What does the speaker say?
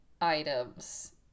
items